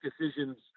decisions